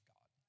God